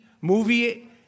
Movie